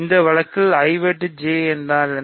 இந்த வழக்கில் I வெட்டு J என்ன